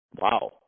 wow